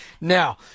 Now